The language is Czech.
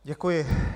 Děkuji.